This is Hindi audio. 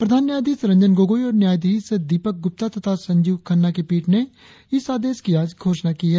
प्रधान न्यायाधीश रंजन गोगोई और न्यायाधीश दीपक ग्रप्ता तथा संजीव खन्ना की पीठ ने इस आदेश की आज घोषणा की है